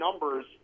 numbers